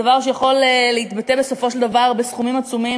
דבר שיכול להתבטא בסופו של דבר בסכומים עצומים,